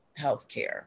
healthcare